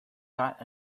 got